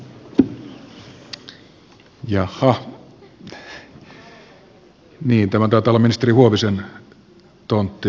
jaha tämä taitaa olla ministeri huovisen tonttia